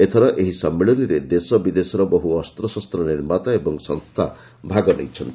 ଏଥର ଏହି ସମ୍ମିଳନୀରେ ଦେଶବିଦେଶର ବହୁ ଅସ୍ତ୍ରଶସ୍ତ ନିର୍ମାତା ଓ ସଂସ୍ଥା ଭାଗ ନେଇଛନ୍ତି